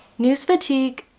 news fatigue